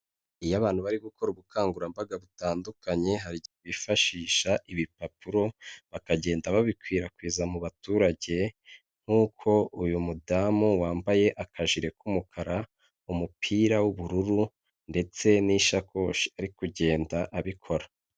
Iyo abantu bari gukora ubukangurambaga butandukanye bifashisha ibipapuro bakagenda babikwirakwiza mu baturage, nk'uko uyu mudamu wambaye akajire k'umukara, umupira w'ubururu ndetse n'isakoshi ari kugenda abikora.